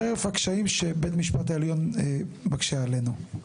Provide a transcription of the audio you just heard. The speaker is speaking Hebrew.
חרף הקשיים שבית המשפט העליון מקשה עלינו.